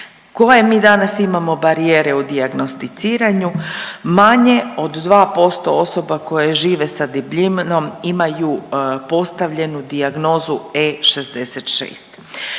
Koje mi danas imamo barijere u dijagnosticiranju? Manje od 2% osoba koje žive sa debljinom imaju postavljenu dijagnozu E66.